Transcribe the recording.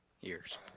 years